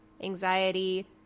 anxiety